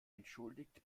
entschuldigt